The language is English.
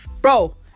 Bro